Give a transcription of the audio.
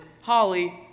Holly